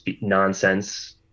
nonsense